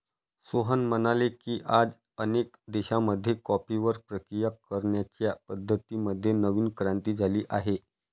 सोहन म्हणाले की, आज अनेक देशांमध्ये कॉफीवर प्रक्रिया करण्याच्या पद्धतीं मध्ये नवीन क्रांती झाली आहे